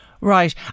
Right